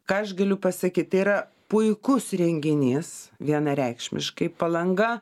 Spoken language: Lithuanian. ką aš galiu pasakyt tai yra puikus renginys vienareikšmiškai palanga